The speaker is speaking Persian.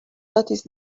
لاتیس